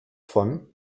von